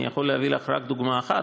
אני יכול להביא לך רק דוגמה אחת